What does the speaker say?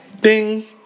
ding